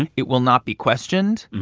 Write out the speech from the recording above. and it will not be questioned.